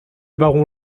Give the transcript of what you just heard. baron